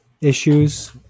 issues